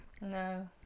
No